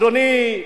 אדוני,